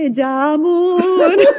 jamun